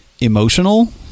emotional